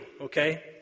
okay